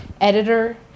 editor